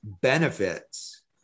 benefits